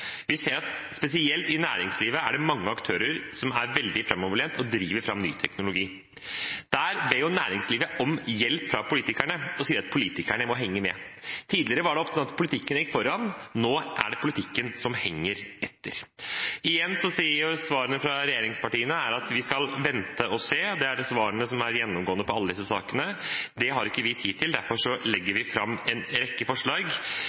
er veldig framoverlente og driver fram ny teknologi. Der ber næringslivet om hjelp fra politikerne og sier at politikerne må henge med. Tidligere var det ofte politikken som gikk foran – nå er det politikken som henger etter. Igjen er svaret fra regjeringspartiene at vi skal vente og se. Det er svaret som er gjennomgående i alle disse sakene. Det har ikke vi tid til, og derfor legger vi fram en rekke forslag.